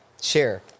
share